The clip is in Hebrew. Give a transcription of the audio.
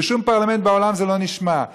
בשום פרלמנט בעולם זה לא נשמע.